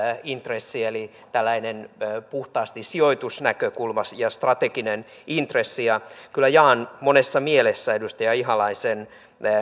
intressi eli tällainen puhtaasti sijoitusnäkökulma ja strateginen intressi ja kyllä jaan monessa mielessä edustaja ihalaisen